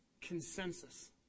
consensus